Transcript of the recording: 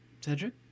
Cedric